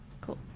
Cool